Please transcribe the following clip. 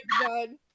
god